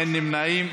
אין נמנעים.